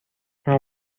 این